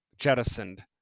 jettisoned